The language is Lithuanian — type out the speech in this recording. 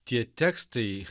tie tekstai